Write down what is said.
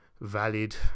valid